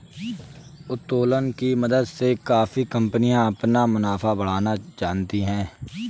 उत्तोलन की मदद से काफी कंपनियां अपना मुनाफा बढ़ाना जानती हैं